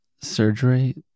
surgery